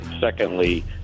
secondly